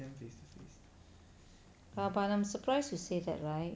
but but I'm surprise you say that right